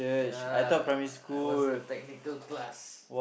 uh I was a technical class